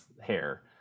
hair